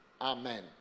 Amen